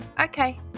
okay